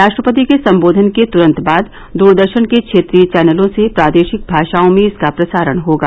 राष्ट्रपति के संबोधन के तुरंत बाद दूरदर्शन के क्षेत्रीय चैनलों से प्रादेशिक भाषाओं में इसका प्रसारण होगा